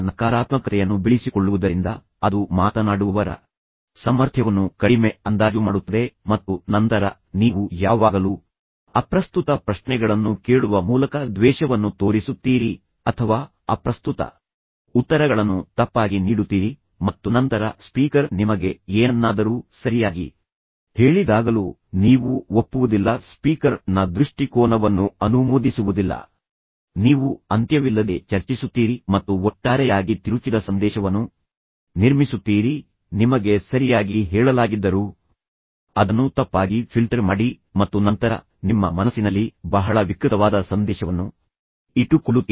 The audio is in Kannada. ಆದರೆ ಆ ನಕಾರಾತ್ಮಕತೆಯನ್ನು ಬೆಳಿಸಿಕೊಳ್ಳುವುದರಿಂದ ಅದು ಮಾತನಾಡುವವರ ಸಾಮರ್ಥ್ಯವನ್ನು ಕಡಿಮೆ ಅಂದಾಜು ಮಾಡುತ್ತದೆ ಮತ್ತು ನಂತರ ನೀವು ಯಾವಾಗಲೂ ಅಪ್ರಸ್ತುತ ಪ್ರಶ್ನೆಗಳನ್ನು ಕೇಳುವ ಮೂಲಕ ದ್ವೇಷವನ್ನು ತೋರಿಸುತ್ತೀರಿ ಅಥವಾ ಅಪ್ರಸ್ತುತ ಉತ್ತರಗಳನ್ನು ತಪ್ಪಾಗಿ ನೀಡುತ್ತೀರಿ ಮತ್ತು ನಂತರ ಸ್ಪೀಕರ್ ನಿಮಗೆ ಏನನ್ನಾದರೂ ಸರಿಯಾಗಿ ಹೇಳಿದಾಗಲೂ ನೀವು ಒಪ್ಪುವುದಿಲ್ಲ ಸ್ಪೀಕರ್ ನ ದೃಷ್ಟಿಕೋನವನ್ನು ಅನುಮೋದಿಸುವುದಿಲ್ಲ ನೀವು ಅಂತ್ಯವಿಲ್ಲದೆ ಚರ್ಚಿಸುತ್ತೀರಿ ಮತ್ತು ಒಟ್ಟಾರೆಯಾಗಿ ತಿರುಚಿದ ಸಂದೇಶವನ್ನು ನಿರ್ಮಿಸುತ್ತೀರಿ ನಿಮಗೆ ಸರಿಯಾಗಿ ಹೇಳಲಾಗಿದ್ದರೂ ಅದನ್ನು ತಪ್ಪಾಗಿ ಫಿಲ್ಟರ್ ಮಾಡಿ ಮತ್ತು ನಂತರ ನಿಮ್ಮ ಮನಸ್ಸಿನಲ್ಲಿ ಬಹಳ ವಿಕೃತವಾದ ಸಂದೇಶವನ್ನು ಇಟ್ಟುಕೊಳ್ಳುತ್ತೀರಿ